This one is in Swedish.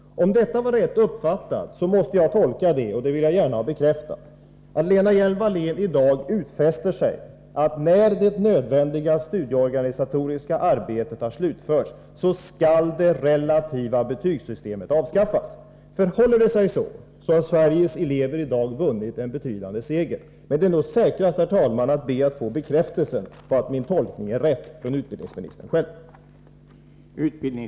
Om jag uppfattat utbildningsministern riktigt, måste jag tolka hennes uttalande så — jag vill att utbildningsministern bekräftar detta — att Lena Hjelm-Wallén i dag utfäster sig att så snart det nödvändiga studieorganisatoriska arbetet slutförts, avskaffa det relativa betygssystemet. Förhåller det sig på det sättet, har Sveriges elever i dag vunnit en betydande seger. Men det är nog säkrast, herr talman, att utbildningsministern själv får bekräfta att min tolkning är riktig.